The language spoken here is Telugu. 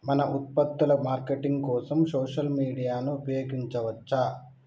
మన ఉత్పత్తుల మార్కెటింగ్ కోసం సోషల్ మీడియాను ఉపయోగించవచ్చా?